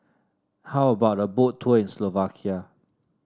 how about a Boat Tour in Slovakia